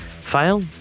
Fail